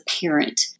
parent